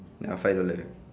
ya five dollar